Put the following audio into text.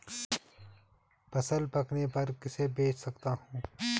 फसल पकने पर किसे बेच सकता हूँ?